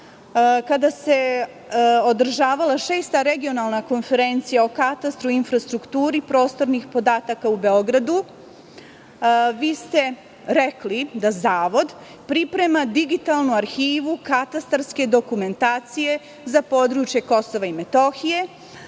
kada se održavala Šesta regionalna konferencija o katastru, infrastrukturi, prostornih podataka u Beogradu, vi ste rekli da Zavod priprema digitalnu arhivu katastarske dokumentacije za područje KiM. Takođe